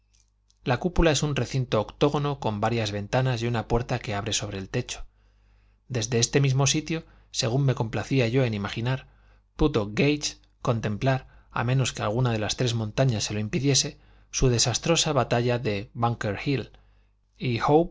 la cúpula es un recinto octógono con varias ventanas y una puerta que abre sobre el techo desde este mismo sitio según me complacía yo en imaginar pudo gage contemplar a menos que alguna de las tres montañas se lo impidiese su desastrosa batalla de búnker hill y